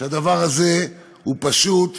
שהדבר הזה הוא פשוט,